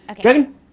Dragon